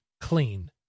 clean